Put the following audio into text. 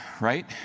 right